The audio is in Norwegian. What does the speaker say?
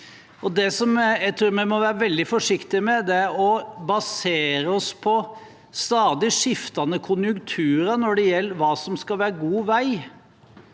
tror vi må være veldig forsiktige med, er å basere oss på stadig skiftende konjunkturer når det gjelder hva som skal være god vei.